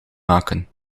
maken